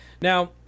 Now